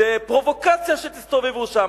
זה פרובוקציה שתסתובבו שם,